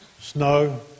snow